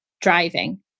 driving